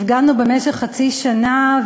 הפגנו במשך חצי שנה,